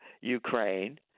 Ukraine